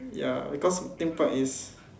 ya because theme park is